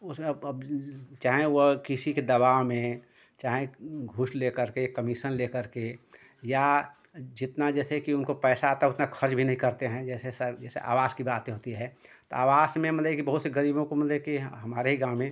उसमें अब चाहें वह किसी के दबाव में चाहें घूस लेकर के कमीसन लेकर के या जितना जैसे कि उनको पैसा आता है उतना खर्च भी नहीं करते हैं जैसे जैसे आवास की बातें होती है तो आवास में मतलब कि बहुत से गरीबों को मतलब कि हमारे ही गाँव में